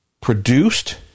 produced